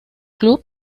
club